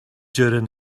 during